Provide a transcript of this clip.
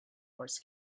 wars